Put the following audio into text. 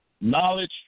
Knowledge